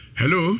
hello